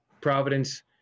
providence